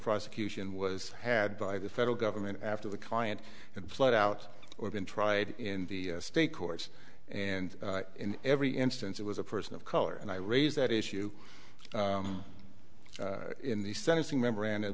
prosecution was had by the federal government after the current and flowed out or been tried in the state courts and in every instance it was a person of color and i raise that issue in the sentencing memorandum